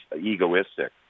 egoistic